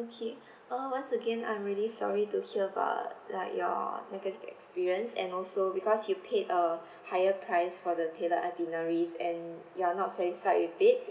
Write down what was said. okay uh once again I'm really sorry to hear about like your negative experience and also because you paid a higher price for the tailored itineraries and you are not satisfied with it